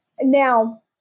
Now